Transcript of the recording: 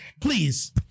please